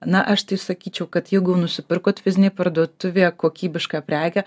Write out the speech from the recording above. na aš tai sakyčiau kad jeigu jau nusipirkot fizinėj parduotuvėje kokybišką prekę